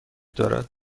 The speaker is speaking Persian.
دارد